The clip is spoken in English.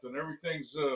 Everything's